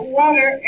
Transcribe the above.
water